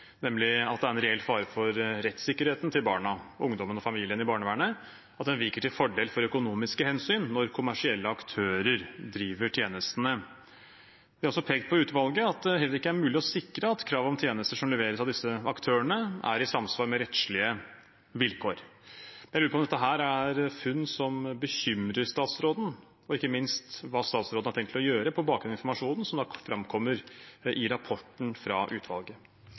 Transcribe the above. nemlig at det er en reell fare for at rettssikkerheten til barna, ungdommene og familiene under barnevernet viker til fordel for økonomiske hensyn når kommersielle aktører driver tjenestene. Utvalget har også pekt på at det heller ikke er mulig å sikre at kravet om tjenester som leveres av disse aktørene, er i samsvar med rettslige vilkår. Jeg lurer på om dette er funn som bekymrer statsråden, og ikke minst hva statsråden har tenkt å gjøre på bakgrunn av informasjonen som framkommer i rapporten fra utvalget.